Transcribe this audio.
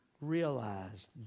realized